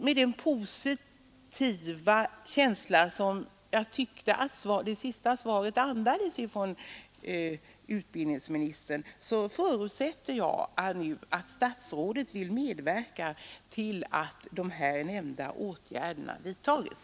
Med den positiva inställning som jag tyckte att utbildningsministerns senaste anförande andades, förutsätter jag att statsrådet vill medverka till att de här nämnda åtgärderna vidtas.